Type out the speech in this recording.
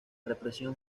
represión